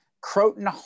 croton